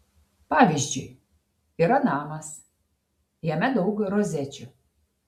pavyzdžiui yra namas jame daug rozečių